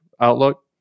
outlook